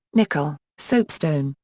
nickel, soapstone,